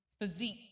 physique